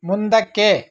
ಮುಂದಕ್ಕೆ